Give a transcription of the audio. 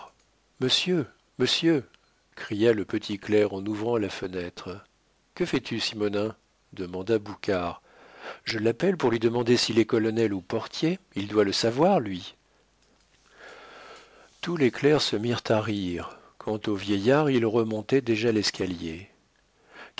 monsieur monsieur cria le petit clerc en ouvrant la fenêtre que fais-tu simonnin demanda boucard je l'appelle pour lui demander s'il est colonel ou portier il doit le savoir lui tous les clercs se mirent à rire quant au vieillard il remontait déjà l'escalier